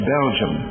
Belgium